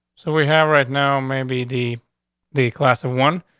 so we have right now, maybe d the class of one.